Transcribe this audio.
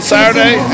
Saturday